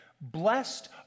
blessed